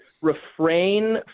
refrain